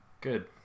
Good